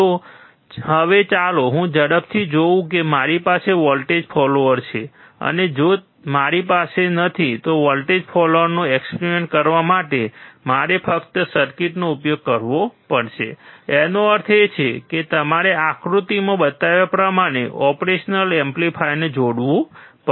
તો હવે ચાલો હું ઝડપથી જોઉં કે મારી પાસે વોલ્ટેજ ફોલોઅર છે અને જો મારી પાસે નથી તો વોલ્ટેજ ફોલોઅરનો એક્સપેરિમેન્ટ કરવા માટે તમારે ફક્ત સર્કિટનો ઉપયોગ કરવો પડશે તેનો અર્થ એ કે તમારે આકૃતિમાં બતાવ્યા પ્રમાણે ઓપરેશન એમ્પ્લીફાયરને જોડવું પડશે